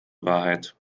wahrheit